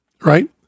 right